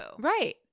Right